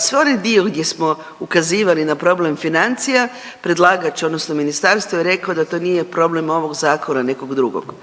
sve onaj dil gdje smo ukazivali na problem financija, predlagač odnosno ministarstvo je reklo da to nije problem ovog zakona nekog drugog.